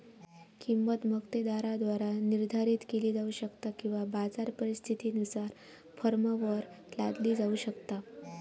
किंमत मक्तेदाराद्वारा निर्धारित केली जाऊ शकता किंवा बाजार परिस्थितीनुसार फर्मवर लादली जाऊ शकता